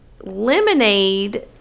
lemonade